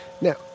Now